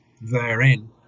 therein